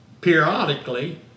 periodically